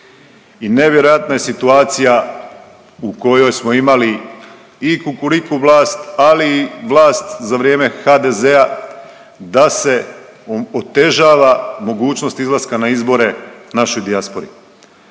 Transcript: i nevjerojatna je situacija u kojoj smo imali i kukuriku vlast ali i vlast za vrijeme HDZ-a da se otežava mogućnost izlaska na izbore našoj dijaspori.